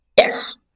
yes